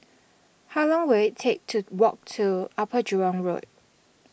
how long will it take to walk to Upper Jurong Road